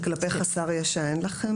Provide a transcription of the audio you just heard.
כלפי חסר ישע אין לכם נתונים?